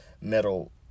metal